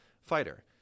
fighter